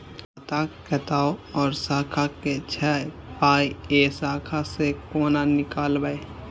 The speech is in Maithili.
खाता कतौ और शाखा के छै पाय ऐ शाखा से कोना नीकालबै?